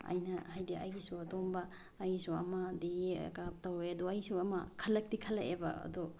ꯑꯩꯅ ꯍꯥꯏꯗꯤ ꯑꯩꯒꯤꯁꯨ ꯑꯗꯨꯒꯨꯝꯕ ꯑꯩꯒꯤꯁꯨ ꯑꯃꯗꯤ ꯌꯦꯛꯑꯒ ꯇꯧꯋꯦ ꯑꯩꯁꯨ ꯑꯃ ꯈꯜꯂꯛꯇꯤ ꯈꯜꯂꯛꯑꯦꯕ ꯑꯗꯣ